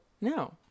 No